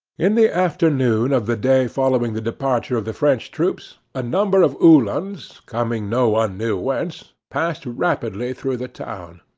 in the afternoon of the day following the departure of the french troops, a number of uhlans, coming no one knew whence, passed rapidly through the town.